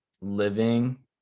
living